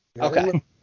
Okay